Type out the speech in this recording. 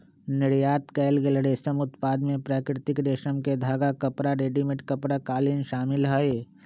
निर्यात कएल गेल रेशम उत्पाद में प्राकृतिक रेशम के धागा, कपड़ा, रेडीमेड कपड़ा, कालीन शामिल हई